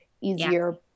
easier